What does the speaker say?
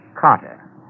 Carter